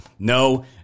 No